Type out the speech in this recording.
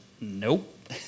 nope